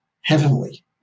heavenly